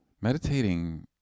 Meditating